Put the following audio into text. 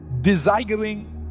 desiring